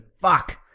Fuck